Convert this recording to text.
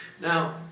Now